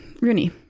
Rooney